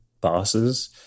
bosses